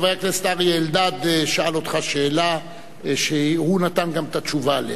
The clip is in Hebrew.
חבר הכנסת אריה אלדד שאל אותך שאלה שהוא נתן גם את התשובה עליה.